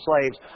slaves